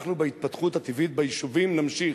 אנחנו בהתפתחות הטבעית ביישובים נמשיך.